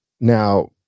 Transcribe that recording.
Now